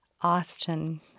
Austin